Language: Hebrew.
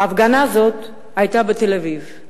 ההפגנה הזו היתה בתל-אביב.